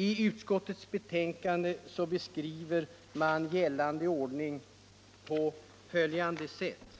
I utskottets betänkande beskrivs gällande ordning på följande sätt: